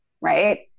right